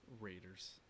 Raiders